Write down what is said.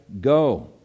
go